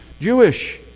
Jewish